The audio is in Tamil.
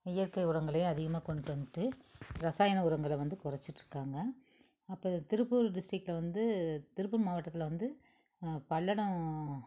இயற்கை உரங்களே அதிகமாக கொண்டு வந்துட்டு ரசாயன உரங்களை வந்து குறச்சிட்ருக்காங்க அப்போ திருப்பூர் டிஸ்ட்ரிக்ல வந்து திருப்பூர் மாவட்டத்தில் வந்து பல்லடம்